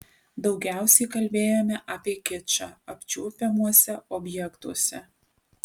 daugiausiai kalbėjome apie kičą apčiuopiamuose objektuose